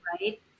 Right